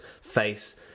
face